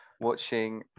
watching